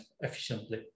efficiently